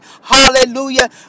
hallelujah